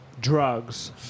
Drugs